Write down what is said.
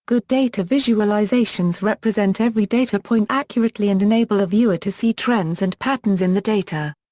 good data visualizations represent every data point accurately and enable a viewer to see trends and patterns in the data.